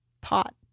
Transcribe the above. pot